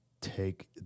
take